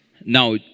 Now